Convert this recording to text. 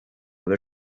ver